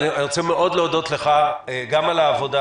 אני רוצה מאוד להודות לך גם על העבודה